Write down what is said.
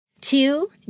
Two